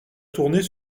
tourner